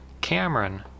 Cameron